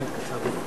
קיבלנו את ההתנצלות.